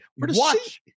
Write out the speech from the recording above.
Watch